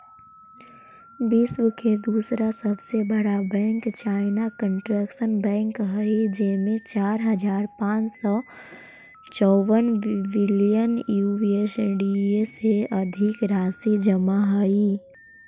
विश्व के दूसरा सबसे बड़ा बैंक चाइना कंस्ट्रक्शन बैंक हइ जेमें चार हज़ार पाँच सौ चउवन बिलियन यू.एस.डी से अधिक राशि जमा हइ